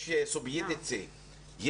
יש סוביודיצה,